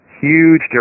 Huge